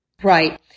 Right